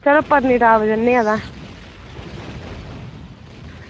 चलो पत्नीटॉप जन्ने आं तां